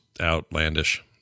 outlandish